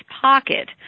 pocket